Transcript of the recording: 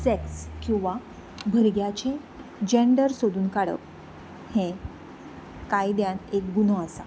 sex किंवा भुरग्याचें gender सोदून काडप हें कायद्यान एक गुन्यांव आसा